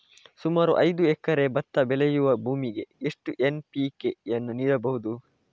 ಸುಮಾರು ಐದು ಎಕರೆ ಭತ್ತ ಬೆಳೆಯುವ ಭೂಮಿಗೆ ಎಷ್ಟು ಎನ್.ಪಿ.ಕೆ ಯನ್ನು ನೀಡಬಹುದು?